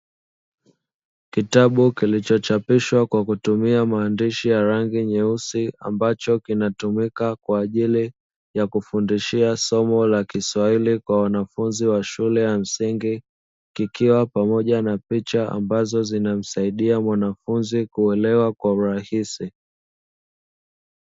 Kitabu kilichochapishwa kwa kutumia maandishi ya rangi nyeusi, ambacho kinatumika kufundishia kwa wanafunzi wa shule ya msingi. Kikiwa na picha ambazo zinazomsaidia mwanafunzi kuelewa kwa urahisi.